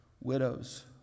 widows